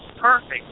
perfect